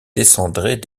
descendrait